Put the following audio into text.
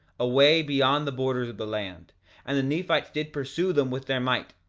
away beyond the borders of the land and the nephites did pursue them with their might,